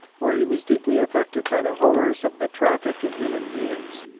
where he was deeply affected by the horrors of the traffic in human beings.